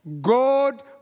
God